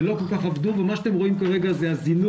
שלא כל כך עבדו, ומה שאתם רואים כרגע זה הזינוק